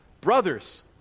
Brothers